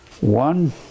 one